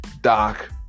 Doc